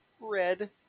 Red